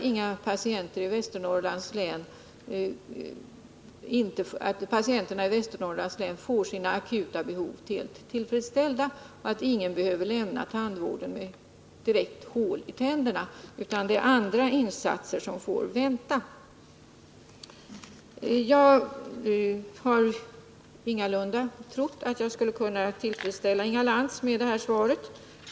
Jag förutsätter att patienterna i Västernorrlands län får sina akuta behov helt tillgodosedda, och att ingen behöver lämna tandvården med hål i tänderna. Det är andra insatser som får vänta. Jag har ingalunda trott att jag skulle kunna tillfredsställa Inga Lantz med det här svaret.